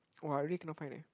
[wah] I really cannot find leh